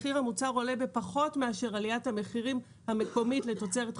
מחיר המוצר עולה בפחות מאשר עליית המחירים המקומית לתוצרת חקלאית.